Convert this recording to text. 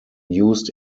used